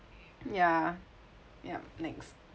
ya yup next